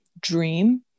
dream